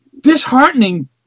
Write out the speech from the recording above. disheartening